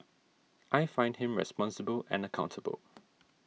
I find him responsible and accountable